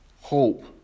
hope